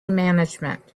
management